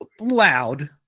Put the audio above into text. loud